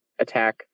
attack